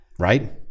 Right